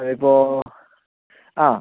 അത് ഇപ്പോൾ ആ